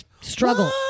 struggle